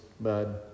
bud